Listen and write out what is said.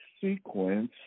sequence